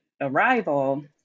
arrival